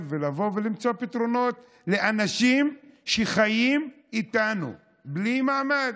ולבוא ולמצוא פתרונות לאנשים שחיים איתנו בלי מעמד.